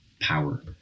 power